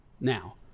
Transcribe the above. now